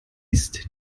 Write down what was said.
ist